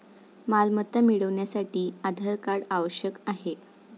मालमत्ता मिळवण्यासाठी आधार कार्ड आवश्यक आहे